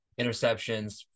interceptions